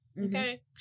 Okay